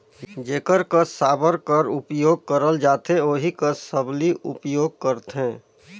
जेकर कस साबर कर उपियोग करल जाथे ओही कस सबली उपियोग करथे